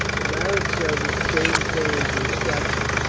the marriage service changed her into a statue.